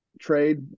Trade